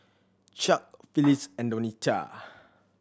Chuck Phillis and Donita